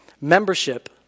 membership